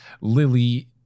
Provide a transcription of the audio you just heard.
Lily